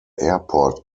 airport